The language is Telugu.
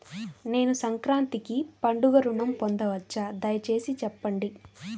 నేను సంక్రాంతికి పండుగ ఋణం పొందవచ్చా? దయచేసి చెప్పండి?